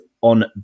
on